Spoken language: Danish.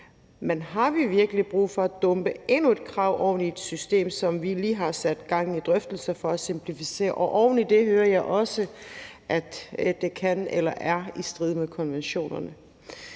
Men har vi virkelig brug for at dumpe endnu et krav oven i et system, som vi lige har sat gang i drøftelser for at simplificere? Oven i det hører jeg også, at det kan være eller er i strid med konventionerne.